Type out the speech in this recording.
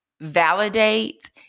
validate